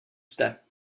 zde